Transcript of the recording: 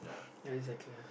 exactly